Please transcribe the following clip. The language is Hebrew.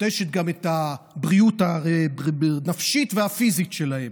נוטשת גם את הבריאות הנפשית והפיזית שלהם.